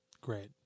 Great